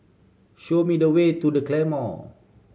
show me the way to The Claymore